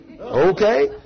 Okay